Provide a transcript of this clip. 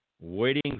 waiting